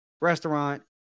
restaurant